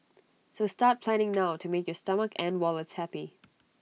so start planning now to make your stomach and wallets happy